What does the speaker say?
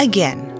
Again